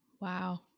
Wow